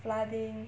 flooding